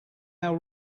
how